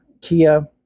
Kia